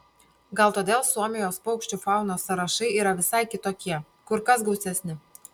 gal todėl suomijos paukščių faunos sąrašai yra visai kitokie kur kas gausesni